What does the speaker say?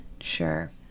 sure